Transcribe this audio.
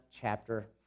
chapter